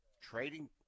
trading